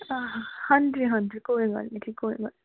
ਹਾਂ ਹਾਂਜੀ ਹਾਂਜੀ ਕੋਈ ਗੱਲ ਨਹੀਂ ਜੀ ਕੋਈ ਗੱਲ ਨਹੀਂ